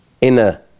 inner